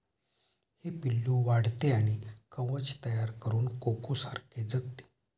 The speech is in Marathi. हे पिल्लू वाढते आणि कवच तयार करून कोकोसारखे जगते